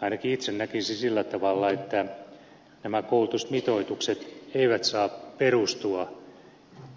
ainakin itse näkisin sillä tavalla että nämä koulutusmitoitukset eivät saa perustua